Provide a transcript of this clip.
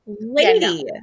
Lady